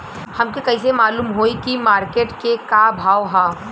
हमके कइसे मालूम होई की मार्केट के का भाव ह?